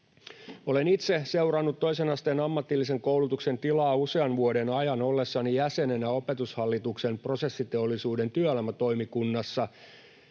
Olen itse seurannut toisen asteen ammatillisen koulutuksen tilaa usean vuoden ajan ollessani jäsenenä Opetushallituksen prosessiteollisuuden työelämätoimikunnassa,